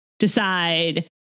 Decide